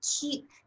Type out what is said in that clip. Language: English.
keep